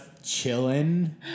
chilling